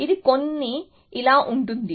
ఇది కొన్ని ఇలా ఉంటుంది